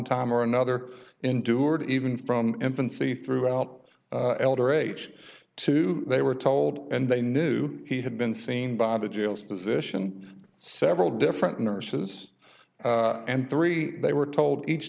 time or another endured even from infancy through out elder age two they were told and they knew he had been seen by the jail's physician several different nurses and three they were told each